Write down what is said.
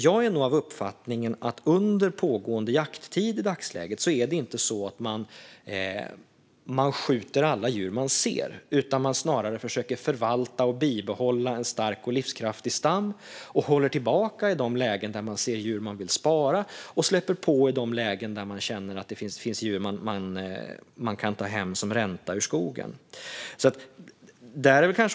Jag är av uppfattningen att det i dagsläget inte är så att man under pågående jakttid skjuter alla djur man ser, utan man försöker snarare att förvalta och behålla en stark och livskraftig stam. Man håller tillbaka i de lägen då man ser djur som man vill spara och släpper på i de lägen då man känner att det finns djur som man kan ta hem som ränta ur skogen.